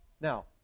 Now